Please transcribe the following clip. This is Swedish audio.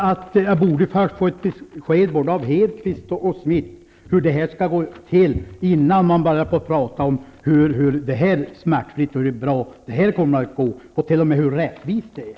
Jag borde först få ett besked både av Hedquist och av Schmidt om hur det här skall gå till innan de börjar tala om hur smärtfritt och bra det här kommer att gå och t.o.m. hur rättvist det är.